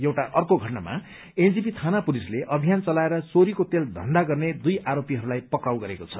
एउटा अर्को घटनामा एनजेपी थाना पुलिसले अभियान चलाएर चोरीको तेल धन्धा गर्ने दुइ आरोपीहरूलाई पक्राउ गरेको छ